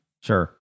Sure